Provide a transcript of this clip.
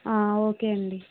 ఆ ఓకే అండి